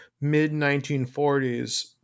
mid-1940s